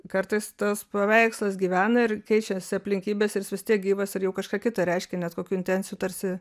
kartais tas paveikslas gyvena ir keičiasi aplinkybės ir jis vis tiek gyvas ir jau kažką kitą reiškia net kokių intencijų tarsi